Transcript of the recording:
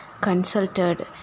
consulted